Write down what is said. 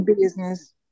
business